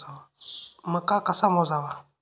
मका कसा मोजावा?